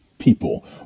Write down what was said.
people